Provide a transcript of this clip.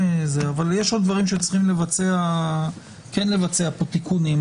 אבל יש עוד דברים שכן צריך לבצע פה תיקונים.